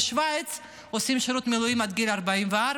בשווייץ עושים שירות מילואים עד גיל 44,